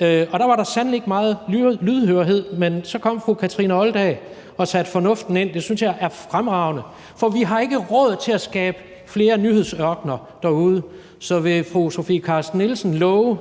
og da var der sandelig ikke meget lydhørhed, men så kom fru Kathrine Olldag og satte fornuften ind, det synes jeg er fremragende, for vi har ikke råd til at skabe flere nyhedsørkener derude. Så vil fru Sofie Carsten Nielsen love,